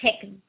pick